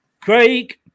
Craig